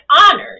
honored